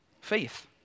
Faith